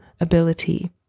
ability